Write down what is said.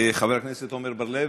חבר הכנסת עמר בר-לב,